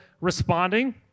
responding